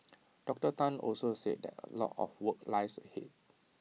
Doctor Tan also said that A lot of work lies ahead